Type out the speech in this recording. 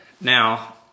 now